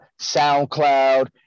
SoundCloud